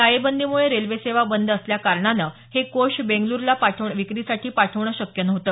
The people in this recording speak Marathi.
टाळेबंदीमुळे रेल्वे सेवा बंद असल्याकारणाने हे कोष बेंगल्रूला विक्रीसाठी पाठवणे शक्य नव्हते